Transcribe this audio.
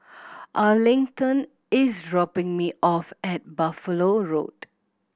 Arlington is dropping me off at Buffalo Road